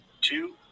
two